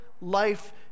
life